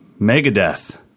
Megadeth